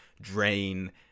drain